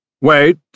Wait